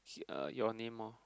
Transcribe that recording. uh your name orh